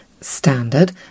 standard